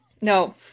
No